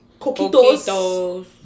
Coquitos